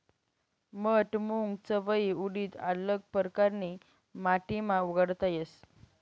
मठ, मूंग, चवयी, उडीद आल्लग परकारनी माटीमा उगाडता येस